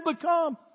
become